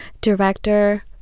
director